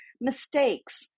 mistakes